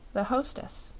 the hostess.